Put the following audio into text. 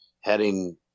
heading